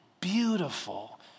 beautiful